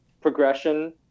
progression